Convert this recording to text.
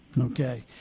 Okay